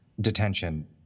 Detention